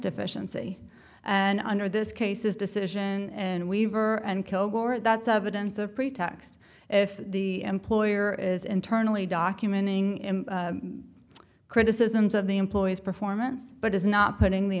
deficiency and under this case this decision and weaver and kilgore that's evidence of pretext if the employer is internally documenting in criticisms of the employees performance but is not putting the